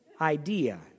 idea